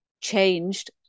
changed